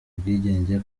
ubwigenge